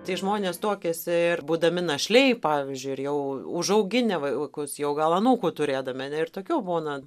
tai žmonės tuokiasi ir būdami našliai pavyzdžiui ir jau užauginę vaikus jau gal anūkų turėdami ane ir tokių būna